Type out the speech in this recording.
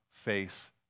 face